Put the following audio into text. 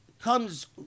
comes